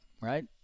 right